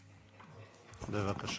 בבקשה.